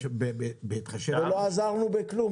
בהתחשב בדבריו,